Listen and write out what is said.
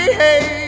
hey